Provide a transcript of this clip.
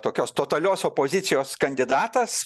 tokios totalios opozicijos kandidatas